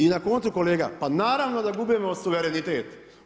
I na koncu kolega, pa naravno da gubimo suverenitet.